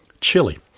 Chili